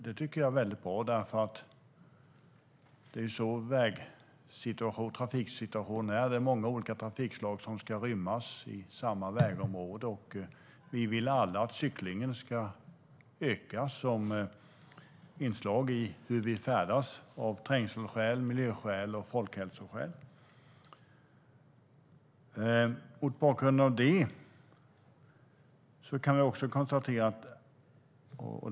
Det tycker jag är väldigt bra, för det är så trafiksituationen är. Det är många olika trafikslag som ska rymmas i samma vägområde. Och vi vill alla att cyklingen ska öka som inslag i hur vi färdas, av trängselskäl, miljöskäl och folkhälsoskäl. Mot bakgrund av det kan vi konstatera hur det är med antalet skadade och dödade i cykeltrafik.